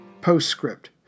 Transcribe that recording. Postscript